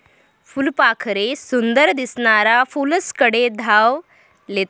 फुलपाखरे सुंदर दिसनारा फुलेस्कडे धाव लेतस